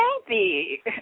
happy